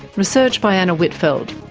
research by anna whitfeld,